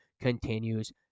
continues